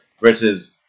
versus